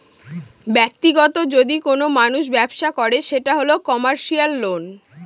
ব্যাক্তিগত যদি কোনো মানুষ ব্যবসা করে সেটা হল কমার্সিয়াল লোন